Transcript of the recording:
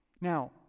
Now